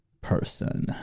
person